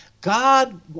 god